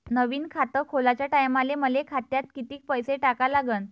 नवीन खात खोलाच्या टायमाले मले खात्यात कितीक पैसे टाका लागन?